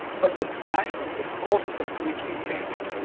but the national discourse completely changed.